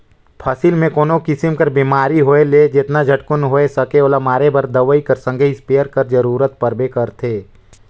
फसिल मे कोनो किसिम कर बेमारी होए ले जेतना झटकुन होए सके ओला मारे बर दवई कर संघे इस्पेयर कर जरूरत परबे करथे